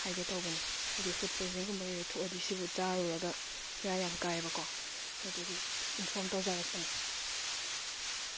ꯍꯥꯏꯒꯦ ꯇꯧꯕꯅꯦ ꯍꯥꯏꯗꯤ ꯐꯨꯠ ꯄꯣꯏꯖꯅꯤꯡꯒꯨꯝꯕ ꯑꯣꯏꯔꯦ ꯊꯣꯛꯑꯗꯤ ꯁꯤꯕꯨ ꯆꯥꯔꯨꯔꯒ ꯕꯦꯔꯥ ꯌꯥꯝ ꯀꯥꯏꯌꯦꯕꯀꯣ ꯑꯗꯨꯒꯤ ꯏꯟꯐꯣꯝ ꯇꯧꯖꯔꯛꯄꯅꯦ